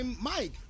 Mike